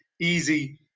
easy